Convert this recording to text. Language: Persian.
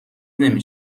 نمی